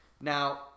Now